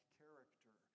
character